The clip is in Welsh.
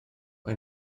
mae